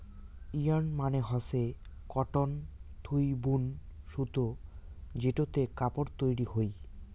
yarn মানে হসে cotton থুই বুন সুতো যেটোতে কাপড় তৈরী হই